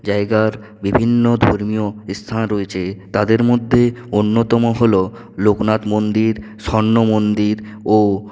জায়গার বিভিন্ন ধর্মীয় স্থান রয়েছে তাদের মধ্যে অন্যতম হল লোকনাথ মন্দির স্বর্ণমন্দির ও